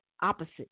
opposite